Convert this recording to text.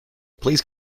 please